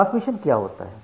transmission क्या होता है